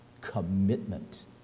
Commitment